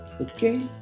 Okay